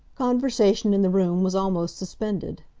conversation in the room was almost suspended.